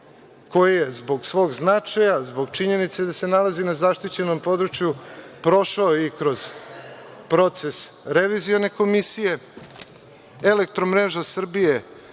koji je zbog svog značaja, zbog činjenice da se nalazi na zaštićenom području prošao i kroz proces revizione komisije. „Elektromreža Srbije“